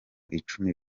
icumi